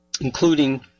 including